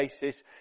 basis